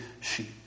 sheep